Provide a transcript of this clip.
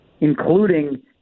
including